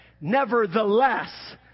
Nevertheless